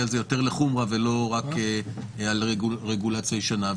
על זה יותר לחומרה לא כמו על רגולציה ישנה.